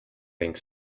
think